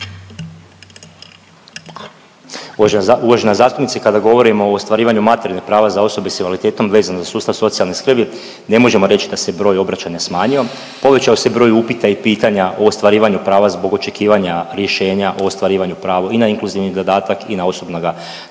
Uvažena zastupnice, kada govorimo o ostvarivanju materijalnih prava za osobe s invaliditetom vezano za sustav socijalne skrbi, ne možemo reći da se broj obraćanja smanjio, povećao se broj upita i pitanja o ostvarivanju prava zbog očekivanja rješenja o ostvarivanju pravu i na inkluzivni dodatak i na osobnoga, osobnog